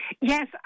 Yes